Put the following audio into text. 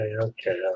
okay